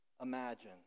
imagine